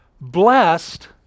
Blessed